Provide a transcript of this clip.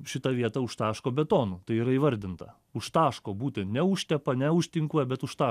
šitą vietą užtaško betonu tai yra įvardinta užtaško būten ne užtepa ne už tinkuoja bet užta